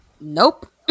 Nope